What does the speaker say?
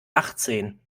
achtzehn